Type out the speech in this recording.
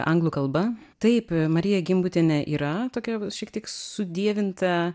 anglų kalba taip marija gimbutienė yra tokia šiek tiek sudievinta